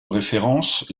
référence